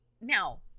now